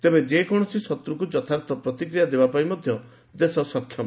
ତେବେ ଯେକୌଶସି ଶତ୍ରୁକୁ ଯଥାର୍ଥ ପ୍ରତିକ୍ରିୟା ଦେବାପାଇଁ ମଧ୍ୟ ଦେଶ ସକ୍ଷମ